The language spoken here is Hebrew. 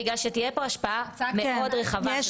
תהיה כאן השפעה מאוד רחבה.